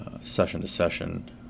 session-to-session